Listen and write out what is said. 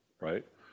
right